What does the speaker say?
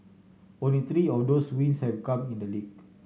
only three of those wins have come in the league